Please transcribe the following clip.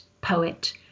poet